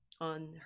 on